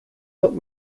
put